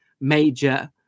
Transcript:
major